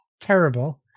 Terrible